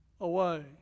away